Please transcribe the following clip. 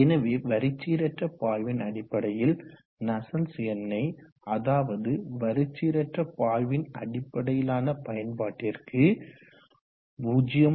எனவே வரிச்சீரற்ற பாய்வின் அடிப்படையில் நஸ்சல்ட்ஸ் எண்ணை அதாவது வரிச்சீரற்ற பாய்வின் அடிப்படையிலான பயன்பாட்டிற்கு 0